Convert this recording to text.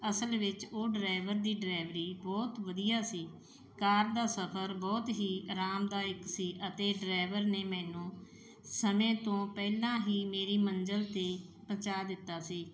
ਅਸਲ ਵਿੱਚ ਉਹ ਡਰਾਈਵਰ ਦੀ ਡਰਾਈਵਰੀ ਬਹੁਤ ਵਧੀਆ ਸੀ ਕਾਰ ਦਾ ਸਫ਼ਰ ਬਹੁਤ ਹੀ ਆਰਾਮਦਾਇਕ ਸੀ ਅਤੇ ਡਰਾਈਵਰ ਨੇ ਮੈਨੂੰ ਸਮੇਂ ਤੋਂ ਪਹਿਲਾਂ ਹੀ ਮੇਰੀ ਮੰਜ਼ਿਲ 'ਤੇ ਪਹੁੰਚਾ ਦਿੱਤਾ ਸੀ